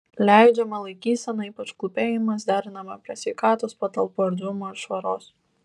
leidžiama laikysena ypač klūpėjimas derinama prie sveikatos patalpų erdvumo ir švaros